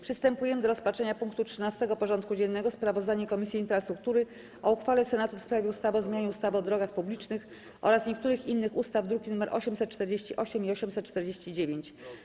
Przystępujemy do rozpatrzenia punktu 13. porządku dziennego: Sprawozdanie Komisji Infrastruktury o uchwale Senatu w sprawie ustawy o zmianie ustawy o drogach publicznych oraz niektórych innych ustaw (druki nr 848 i 849)